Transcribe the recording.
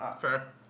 Fair